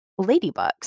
ladybugs